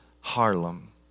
Harlem